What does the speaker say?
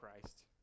Christ